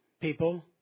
people